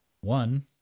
one